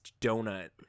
donut